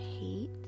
hate